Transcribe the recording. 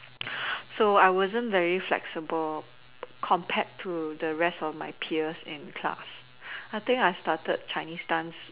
so I wasn't very flexible compared to the rest of my peers in class I think I started Chinese dance